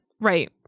right